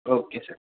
okay sir